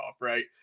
right